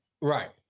Right